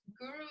guru